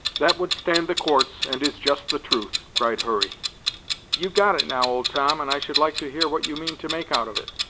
that would stand the courts, and is just the truth, cried hurry you've got it now, old tom, and i should like to hear what you mean to make out of it.